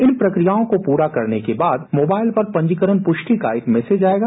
इन प्रक्रियों को पूरा करने के बाद मोबाइल पर पंजीकरण पुष्टि का एक मैसेज आयेगा